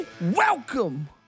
Welcome